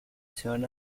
turn